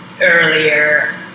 earlier